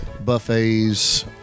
Buffets